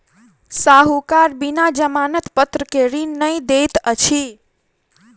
साहूकार बिना जमानत पत्र के ऋण नै दैत अछि